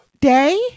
day